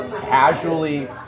casually